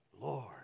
Lord